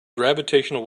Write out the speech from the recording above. gravitational